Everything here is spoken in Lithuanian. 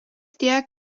tiek